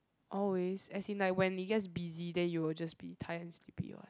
always as in like when it gets busy then you will just be tired and sleepy what